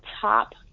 top